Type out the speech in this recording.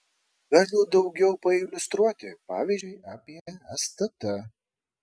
galiu daugiau pailiustruoti pavyzdžiu apie stt